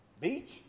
beach